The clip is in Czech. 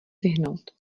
vyhnout